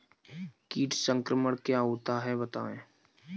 कीट संक्रमण क्या होता है बताएँ?